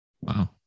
wow